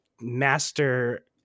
master